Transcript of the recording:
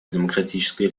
демократической